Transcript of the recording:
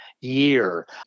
year